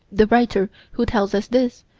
the writer who tells us this,